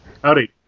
howdy